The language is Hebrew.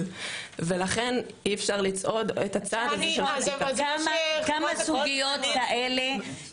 ולכן אי אפשר לצעוד את הצעד הזה של כמה סוגיות כאלה